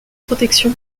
protection